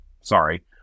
sorry